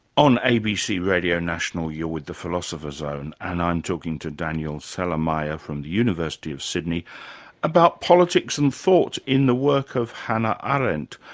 on abc radio national you're with the philosopher's zone and i'm talking to danielle celermajer from the university of sydney about politics and thought in the work of hannah arendt.